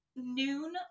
noon